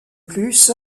plus